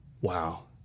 Wow